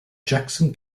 jackson